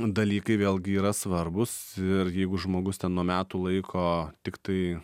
dalykai vėlgi yra svarbūs ir jeigu žmogus ten nuo metų laiko tiktai